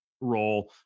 role